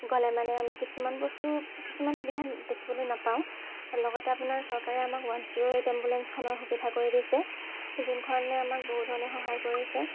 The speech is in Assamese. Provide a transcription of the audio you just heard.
গ'লে মানে আমি কিছুমান বস্তু কিছুমান সুবিধা দেখিবলৈ নাপাওঁ লগতে আপোনাৰ চৰকাৰে আমাক ওৱান জিৰ' এইট এম্বুলেঞ্চখনৰ সুবিধা কৰি দিছে যোনখনে আমাক বহু ধৰণে সহায় কৰিছে